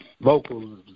vocals